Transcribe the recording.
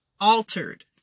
altered